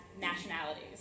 nationalities